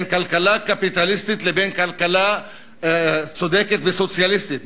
בין כלכלה קפיטליסטית לבין כלכלה צודקת וסוציאליסטית,